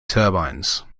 turbines